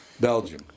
Belgium